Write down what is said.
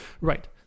Right